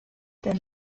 denn